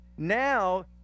Now